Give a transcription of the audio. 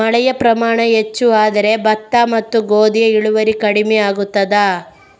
ಮಳೆಯ ಪ್ರಮಾಣ ಹೆಚ್ಚು ಆದರೆ ಭತ್ತ ಮತ್ತು ಗೋಧಿಯ ಇಳುವರಿ ಕಡಿಮೆ ಆಗುತ್ತದಾ?